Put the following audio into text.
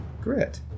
Grit